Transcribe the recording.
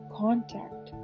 contact